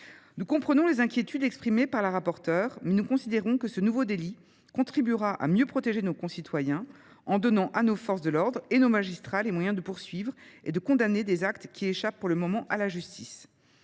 Nous comprenons les inquiétudes exprimées par la rapporteure à cet égard, mais nous considérons que ce nouveau délit contribuerait à mieux protéger nos concitoyens, en donnant à nos forces de l’ordre et à nos magistrats les moyens de poursuivre et de condamner des actes qui échappent pour le moment à la justice.